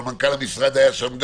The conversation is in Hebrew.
אבל מנכ"ל המשרד היה שם גם.